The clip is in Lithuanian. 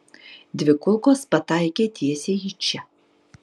dvi kulkos pataikė tiesiai į čia